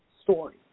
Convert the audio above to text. story